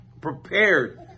prepared